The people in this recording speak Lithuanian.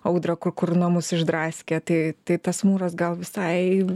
audrą ku kur namus išdraskė tai tai tas mūras gal visai